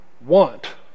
want